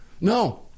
No